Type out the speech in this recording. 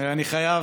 אדוני.